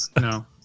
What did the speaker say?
No